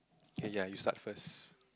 okay ya you start first